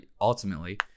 ultimately